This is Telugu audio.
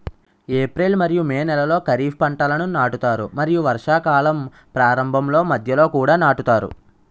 ఏప్రిల్ మరియు మే నెలలో ఖరీఫ్ పంటలను నాటుతారు మరియు వర్షాకాలం ప్రారంభంలో మధ్యలో కూడా నాటుతారు